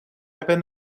hebben